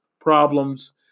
problems